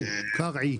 קרעי